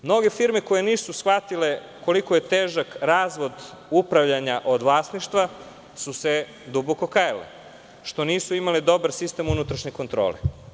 Mnoge firme koje nisu shvatile koliko je težak razvod upravljanja od vlasništva su se duboko kajale, što nisu imale dobar sistem unutrašnje kontrole.